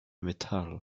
metal